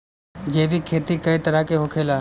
जैविक खेती कए तरह के होखेला?